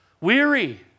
weary